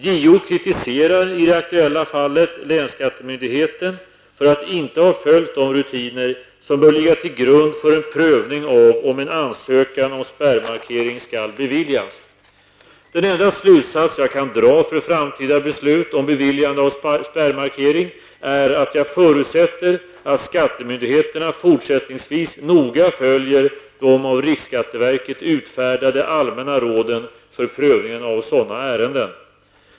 JO kritiserar i det aktuella fallet länsskattemyndigheten för att inte ha följt de rutiner som bör ligga till grund för en prövning av om en ansökan om spärrmarkering skall beviljas. Den enda slutsats jag kan dra för framtida beslut om beviljande av spärrmarkering är att jag förutsätter att skattemyndigheterna fortsättningsvis noga följer de av riksskatteverket utfärdade allmänna råden för prövningen av sådana ärenden.